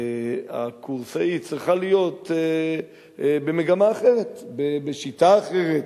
הקורסאית, צריכה להיות במגמה אחרת, בשיטה אחרת,